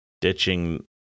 ditching